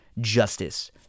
justice